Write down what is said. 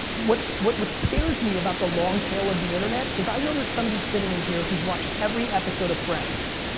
what what scares me about the long tail of the internet is i know there's somebody sitting in here who's watched every episode of friends,